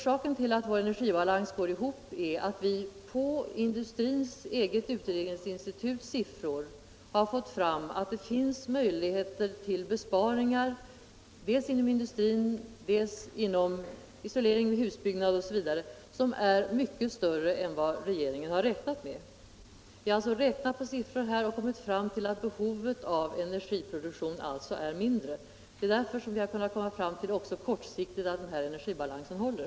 Orsaken till att vår energibalans håller är att vi av industrins eget utredningsinstituts siffror fått fram att det finns möjligheter till energibesparingar, dels inom industrin, dels genom isolering vid husbyggen osv., som är mycket större än vad regeringen har räknat med. Vi har alltså med hjälp av siffrorna kommit fram till att behovet av energiproduktion är mindre, och det är därför som vi har kunnat påstå — också kortsiktigt — att den här energibalansen håller.